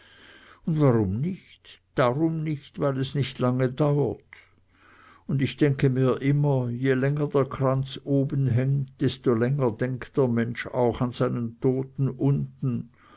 un warum nich darum nicht weil es nich lange dauert un ich denke mir immer je länger der kranz oben hängt desto länger denkt der mensch auch an seinen toten unten